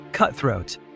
Cutthroat